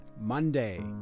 Monday